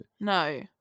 No